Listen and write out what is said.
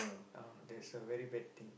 uh that's a very bad thing